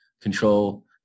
control